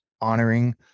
honoring